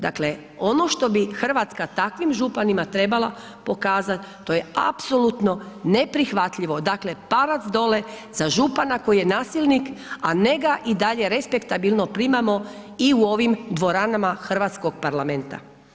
Dakle, ono što bi Hrvatska takvim županima trebala pokazat, to je apsolutno neprihvatljivo, dakle palac dole za župana koji je nasilnik a ne ga i dalje respektabilno primamo i u ovim dvoranama hrvatskog parlamenta.